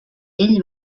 ell